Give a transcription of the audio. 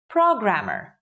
Programmer